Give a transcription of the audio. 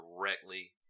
directly